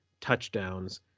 touchdowns